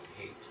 hate